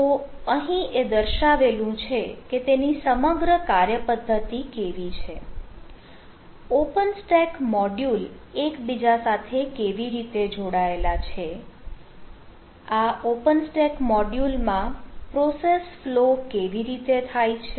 તો અહીં એ દર્શાવેલું છે કે તેની સમગ્ર કાર્ય પદ્ધતિ કેવી છે ઓપન સ્ટેક મોડ્યુલ એકબીજા સાથે કેવી રીતે જોડાયેલા છે આ ઓપન સ્ટેક મોડ્યૂલમાં પ્રોસેસ ફ્લો કેવી રીતે જાય છે